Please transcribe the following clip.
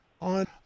on